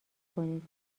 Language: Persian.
کنید